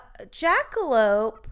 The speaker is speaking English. Jackalope